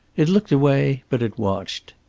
it looked away, but it watched.